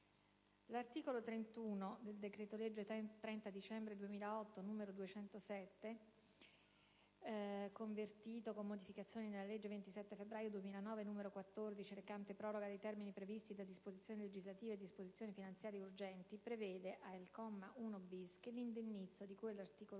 L'articolo 31 del decreto-legge 30 dicembre 2008, n. 207, convertito con modificazioni, nella legge 27 febbraio 2009, n. 14, recante «Proroga di termini previsti da disposizioni legislative e disposizioni finanziarie urgenti» prevede, al comma 1-*bis*, che l'indennizzo di cui all'articolo